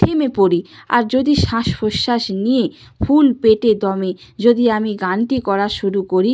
থেমে পরি আর যদি শ্বাস প্রশ্বাস নিয়ে ফুল পেটে দমে যদি আমি গানটি করা শুরু করি